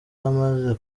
amaze